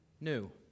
new